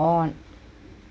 on